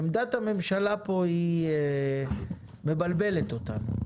עמדת הממשלה כאן היא מבלבלת אותנו,